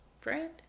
Friend